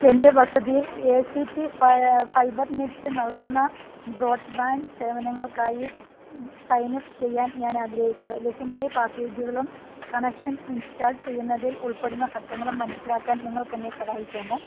എൻ്റെ വസതിയിൽ A C T Fibernet നൽകുന്ന ബ്രോഡ്ബാൻഡ് സേവനങ്ങൾക്കായി സൈനപ്പ് ചെയ്യാൻ ഞാനാഗ്രഹിക്കുന്നു ലഭ്യമായ പാക്കേജുകളും കണക്ഷൻ ഇൻസ്റ്റാൾ ചെയ്യുന്നതിൽ ഉൾപ്പെടുന്ന ഘട്ടങ്ങളും മനസിലാക്കാൻ നിങ്ങൾക്കെന്നെ സഹായിക്കാമോ